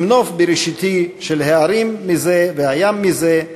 עם נוף בראשיתי של ההרים מזה והים מזה,